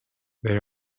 they